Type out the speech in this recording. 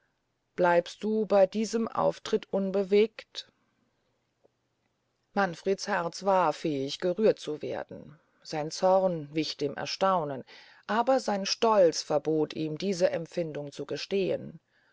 bleibst du bey diesem auftritt unbewegt manfreds herz war fähig gerührt zu werden sein zorn wich dem erstaunen aber sein stolz verbot ihm diese empfindungen zu